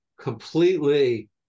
completely